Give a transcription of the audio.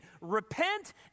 Repent